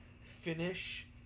finish